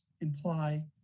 imply